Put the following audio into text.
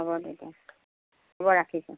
হ'ব তেতিয়া হ'ব ৰাখিছোঁ